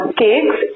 cakes